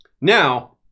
now